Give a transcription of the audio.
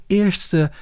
eerste